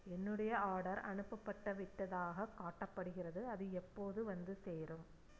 என்னுடைய ஆர்டர் அனுப்பப்பட்டு விட்டதாகக் காட்டப்படுகிறது அது எப்போது வந்து சேரும்